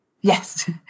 Yes